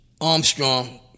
Armstrong